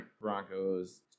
Broncos